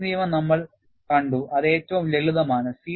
Paris നിയമം നമ്മൾ കണ്ടു അത് ഏറ്റവും ലളിതമാണ്